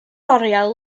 oriel